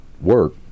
work